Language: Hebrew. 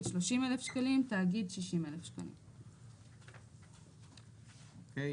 3יב130,00060,000"; אוקיי.